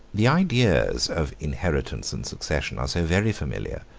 the ideas of inheritance and succession are so very familiar,